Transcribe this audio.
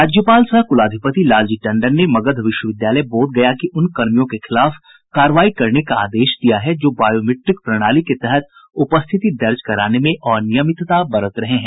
राज्यपाल सह कुलाधिपति लालजी टंडन ने मगध विश्वविद्यालय बोधगया के उन कर्मियों के खिलाफ कार्रवाई करने का आदेश दिया है जो बायोमीट्रिक प्रणाली के तहत उपस्थिति दर्ज कराने में अनियमितता बरत रहे हैं